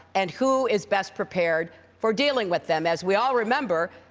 and who is best prepared for dealing with them. as we all remember,